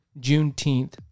Juneteenth